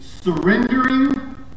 surrendering